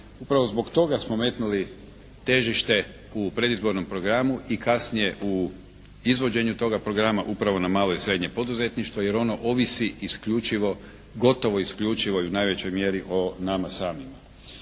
Upravo zbog toga smo metnuli težište u predizbornom programu i kasnije u izvođenju toga programa upravo na malo i srednje poduzetništvo jer ono ovisi isključivo, gotovo isključivo i u najvećoj mjeri o nama samima.